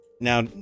Now